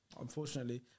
Unfortunately